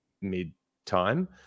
mid-time